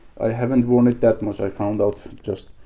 i haven't worn it that much i found out just.